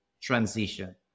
transition